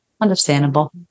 Understandable